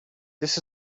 this